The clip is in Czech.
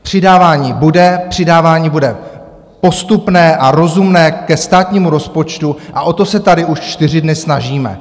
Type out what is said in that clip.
Přidávání bude, přidávání bude postupné a rozumné ke státnímu rozpočtu a o to se tady už čtyři dny snažíme.